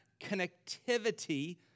connectivity